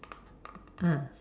ah